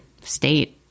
state